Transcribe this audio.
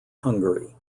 hungary